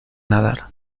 nadar